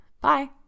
Bye